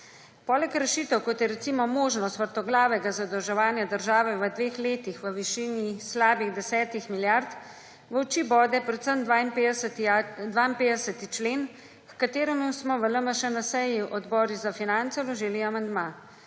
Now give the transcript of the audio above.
Poleg rešitev, kot je recimo možnost vrtoglavega zadolževanja države v dveh letih v višini slabih 10 milijard, v oči bode predvsem 52. člen, h kateremu smo v LMŠ na seji Odbora za finance vložili amandma.